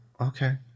okay